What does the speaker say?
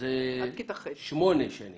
שמונה שנים